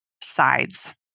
sides